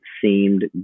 seemed